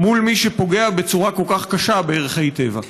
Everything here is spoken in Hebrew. מול מי שפוגע בצורה כל כך קשה בערכי טבע?